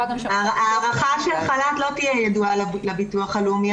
ההארכה של חל"ת לא תהיה ידועה לביטוח הלאומי,